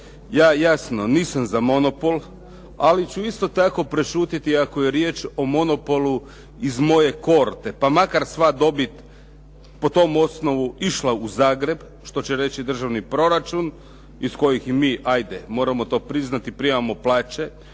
Ja jasno nisam za monopol, ali ću isto tako prešutjeti ako je riječ o monopolu iz moje korte, pa makar sva dobit po tom osnovu išla u Zagreb, što će reći državni proračun iz kojih mi, hajde, moramo to priznati primamo plaće.